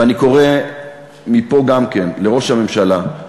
ואני קורא מפה גם כן לראש הממשלה,